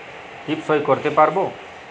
টিপ সই করতে পারবো?